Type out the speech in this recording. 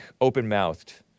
open-mouthed